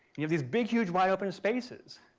you have these big huge wide open spaces.